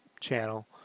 channel